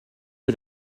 que